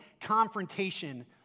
confrontation